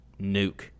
nuke